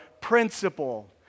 principle